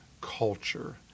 culture